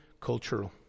cultural